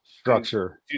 structure